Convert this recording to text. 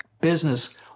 Business